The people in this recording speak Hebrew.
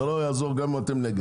זה לא יעזור גם אם אתם נגד.